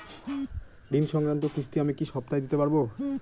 ঋণ সংক্রান্ত কিস্তি আমি কি সপ্তাহে দিতে পারবো?